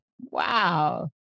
wow